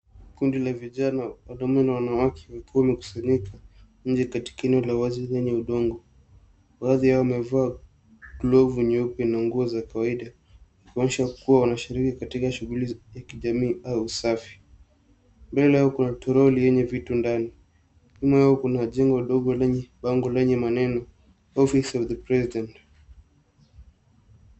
Kundi la vijana wanaume na wanawake wakiwa wamekusanyika nje katika eneo wazi enye udongo baadhi yao wamevaa glovu nyeupe na nguo za kawaida kuonyesha kuwa wanashiriki katika shughuli ya kijamii au usafi. Mbele yao kuna troli enye vitu ndani, nyuma yao kuna jengo ndogo, lenye bango lenye maneno, office of the president .